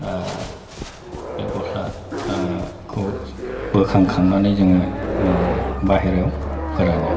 बे गस्ला खौ बोखांखांनानै जोङो बाहेरायाव फोरानो